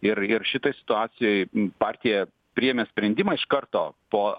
ir ir šitoj situacijoj partija priėmė sprendimą iš karto po